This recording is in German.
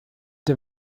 der